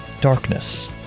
darkness